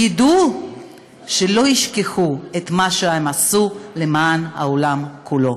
ידעו שלא ישכחו את מה שהם עשו למען העולם כולו.